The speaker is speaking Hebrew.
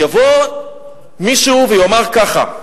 יבוא מישהו ויאמר ככה: